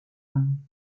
him